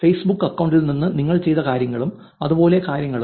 Facebook അക്കൌണ്ടിൽ നിന്ന് നിങ്ങൾ ചെയ്ത കാര്യങ്ങളും അതുപോലുള്ള കാര്യങ്ങളും